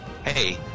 Hey